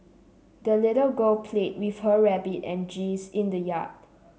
the little girl played with her rabbit and geese in the yard